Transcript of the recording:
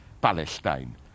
Palestine